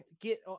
get